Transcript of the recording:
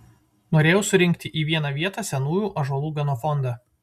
norėjau surinkti į vieną vietą senųjų ąžuolų genofondą